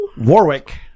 Warwick